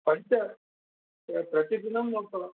पञ्च प्रतिदिनं